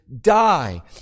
die